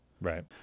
Right